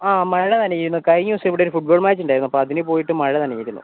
ആ മഴ നഞ്ഞിരുന്നു കഴിഞ്ഞ ദിവസം ഇവിടെയൊരു ഫുട്ബോൾ മാച്ച് ഉണ്ടായിരുന്നു അപ്പോൾ അതിന് പോയിട്ട് മഴ നനഞ്ഞിരുന്നു